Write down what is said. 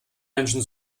menschen